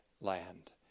land